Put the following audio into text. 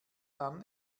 dann